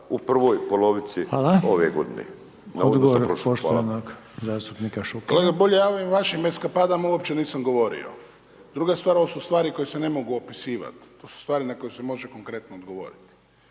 Željko (HDZ)** Hvala. Odgovor poštovanog zastupnika Šukera. **Šuker, Ivan (HDZ)** Kolega Bulj, ja o ovim vašim eskapadama uopće nisam govorio, druga stvar, ovo su stvari koje se ne mogu opisivati, to su stvari na koje se može konkretno odgovoriti.